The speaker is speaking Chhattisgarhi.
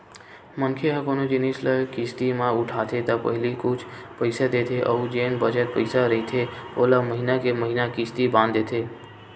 मनखे ह कोनो जिनिस ल किस्ती म उठाथे त पहिली कुछ पइसा देथे अउ जेन बचत पइसा रहिथे ओला महिना के महिना किस्ती बांध देथे